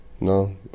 no